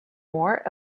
more